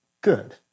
good